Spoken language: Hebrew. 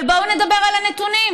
אבל בואו נדבר על הנתונים.